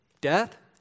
death